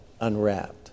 unwrapped